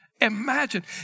Imagine